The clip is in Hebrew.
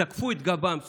זקפו את גבם שוב.